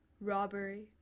robbery